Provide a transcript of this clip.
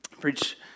preach